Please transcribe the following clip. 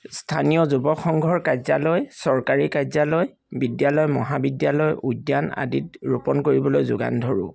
স্থানীয় যুৱক সংঘৰ কাৰ্যালয় চৰকাৰী কাৰ্যালয় বিদ্যালয় মহাবিদ্যালয় উদ্যান আদিত ৰোপন কৰিবলৈ যোগান ধৰোঁ